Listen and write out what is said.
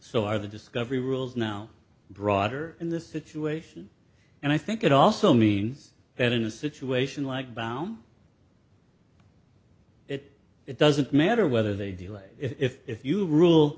so are the discovery rules now broader in this situation and i think it also means that in a situation like bound it it doesn't matter whether they delay if you rule